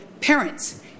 parents